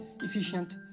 efficient